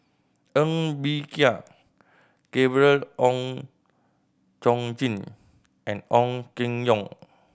Ng Bee Kia Gabriel Oon Chong Jin and Ong Keng Yong